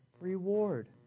reward